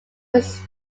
was